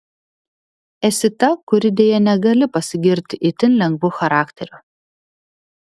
esi ta kuri deja negali pasigirti itin lengvu charakteriu